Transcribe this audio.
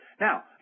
now